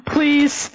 Please